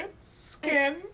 skin